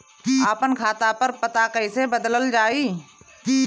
आपन खाता पर पता कईसे बदलल जाई?